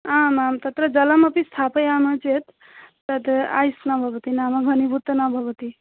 आम् आं तत्र जलमपि स्थापयामः चेत् तत् ऐस् न भवति नाम घनीभूतं न भवति